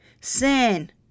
Sin